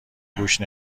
گوش